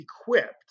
equipped